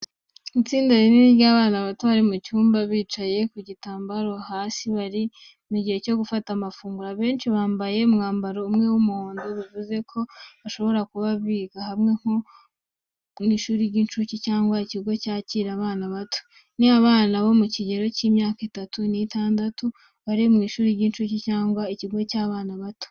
Itsinda rinini ry'abana bato bari mu cyumba, bicaye ku gitambaro hasi bari mu gihe cyo gufata amafunguro. Abenshi bambaye umwambaro umwe w’umuhondo, bivuze ko bashobora kuba biga hamwe nko mu ishuri ry’incuke, cyangwa ikigo cyakira abana bato. Ni abana bo mu kigero cy’imyaka itatu n'itandatu, bari mu mashuri y’incuke cyangwa ikigo cy’abana bato.